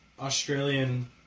Australian